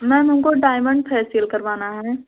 ma'am हमको diamond facial करवाना है